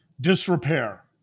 disrepair